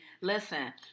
Listen